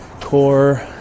core